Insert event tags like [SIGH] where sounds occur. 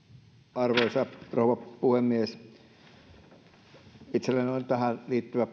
arvoisa rouva puhemies tulen itse esittämään tähän liittyvää [UNINTELLIGIBLE]